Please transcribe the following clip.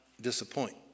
disappoint